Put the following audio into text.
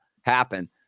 happen